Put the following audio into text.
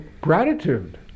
gratitude